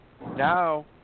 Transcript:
Now